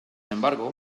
embargo